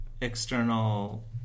external